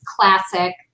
classic